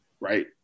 right